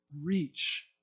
reach